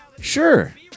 Sure